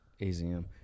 Azm